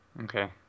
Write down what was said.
Okay